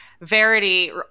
Verity